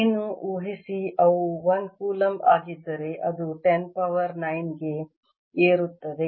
ಏನು ಊಹಿಸಿ ಅವು 1 ಕೂಲಂಬ್ ಆಗಿದ್ದರೆ ಅದು 10 ಪವರ್ 9 ಕ್ಕೆ ಏರುತ್ತದೆ